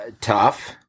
Tough